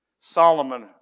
Solomon